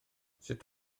sut